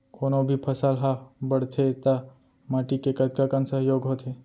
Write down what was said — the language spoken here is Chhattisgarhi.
कोनो भी फसल हा बड़थे ता माटी के कतका कन सहयोग होथे?